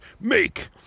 make